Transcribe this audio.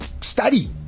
study